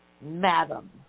Madam